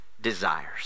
desires